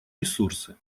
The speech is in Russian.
ресурсы